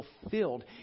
fulfilled